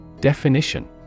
Definition